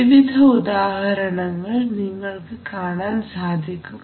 വിവിധ ഉദാഹരണങ്ങൾ നിങ്ങൾക്ക് കാണാൻ സാധിക്കും